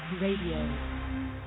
Radio